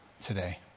today